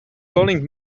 calling